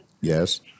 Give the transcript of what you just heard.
Yes